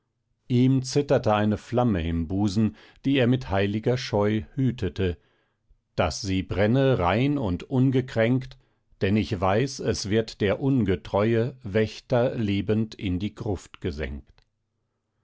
ihm zitterte eine flamme im busen die er mit heiliger scheu hütete daß sie brenne rein und ungekränkt denn ich weiß es wird der ungetreue wächter lebend in die gruft gesenkt